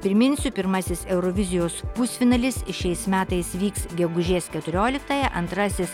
priminsiu pirmasis eurovizijos pusfinalis šiais metais vyks gegužės keturioliktąją antrasis